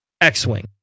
X-Wing